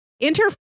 Enter